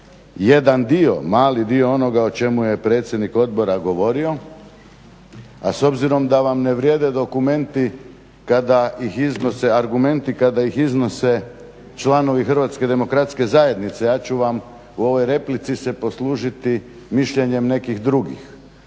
jedan dio, mali dio onoga o čemu je predsjednik odbora govorio. A s obzirom da vam ne vrijede dokumenti kada ih iznose, argumenti kada ih iznose članovi Hrvatske demokratske zajednice. Ja ću vam u ovoj replici se poslužiti mišljenjem nekih drugih.